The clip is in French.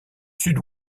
sud